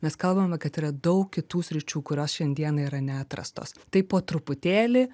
mes kalbame kad yra daug kitų sričių kurios šiandien yra neatrastos tai po truputėlį